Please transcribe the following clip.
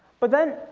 but then,